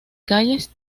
calles